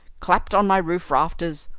clapped on my roof rafters,